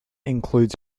includes